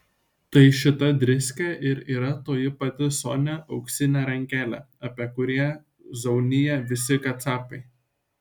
tai šita driskė ir yra toji pati sonia auksinė rankelė apie kurią zaunija visi kacapai